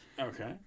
Okay